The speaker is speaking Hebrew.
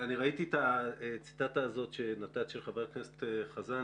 אני ראיתי את הציטטה הזאת שנתת של חבר הכנסת חזני.